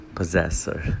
possessor